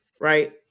right